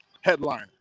headline